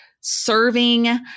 serving